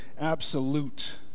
absolute